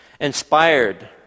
inspired